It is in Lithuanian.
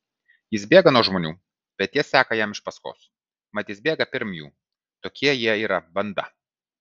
jis bėga nuo žmonių bet tie seka jam iš paskos mat jis bėga pirm jų tokia jie yra banda